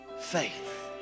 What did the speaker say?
faith